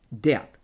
death